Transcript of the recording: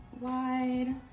wide